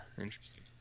interesting